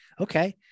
okay